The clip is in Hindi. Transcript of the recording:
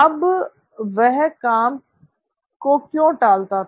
अब वह काम को क्यों टालता था